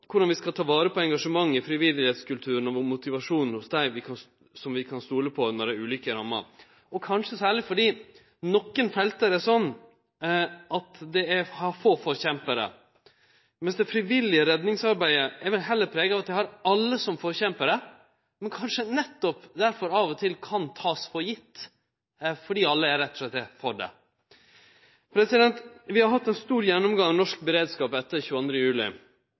vi skal ta vare på engasjementet, frivilligheitskulturen og motivasjonen hos dei som vi kan stole på når ei ulykke rammar – kanskje særleg fordi nokre felt har få forkjemparar, mens det frivillige redningsarbeidet vel heller er prega av at det har alle som forkjemparar. Kanskje nettopp derfor kan det av og til takast som sjølvsagt, fordi alle rett og slett er for det. Vi har hatt ein stor gjennomgang av norsk beredskap etter 22. juli.